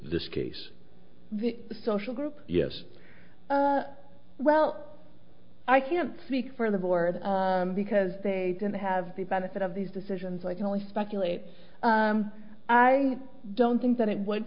this case social group yes well i can't speak for the board because they don't have the benefit of these decisions i can only speculate i don't think that it would